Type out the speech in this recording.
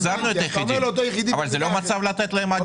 החזרנו אותם אבל זה לא מצב לתת להם עדיפות כאן.